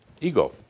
Ego